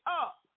up